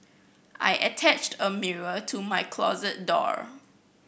I attached a mirror to my closet door